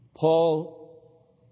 Paul